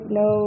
no